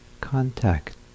Contact